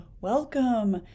welcome